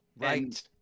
Right